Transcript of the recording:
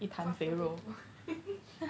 couch potato